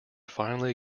finally